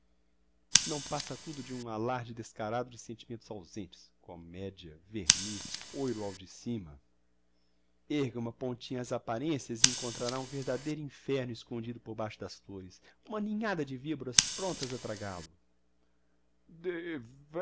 não passa tudo de um alarde descarado de sentimentos ausentes comédia verniz oiro ao de cima erga uma pontinha ás apparencias e encontrará um verdadeiro inferno escondido por baixo das flores uma ninhada de viboras promptas a tragál o